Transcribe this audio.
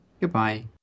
Goodbye